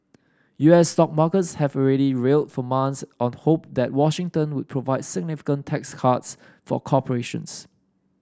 U S stock markets have already rallied for months on hope that Washington would provide significant tax cuts for corporations